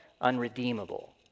unredeemable